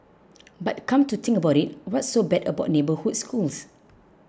but come to think about it what's so bad about neighbourhood schools